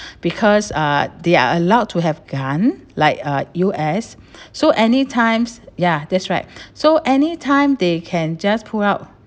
because uh they are allowed to have gun like uh U_S so anytime ya that's right so anytime they can just pull out